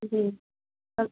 जी पर